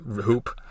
hoop